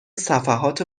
صفحات